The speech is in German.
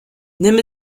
nimm